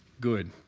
good